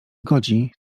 zgodzi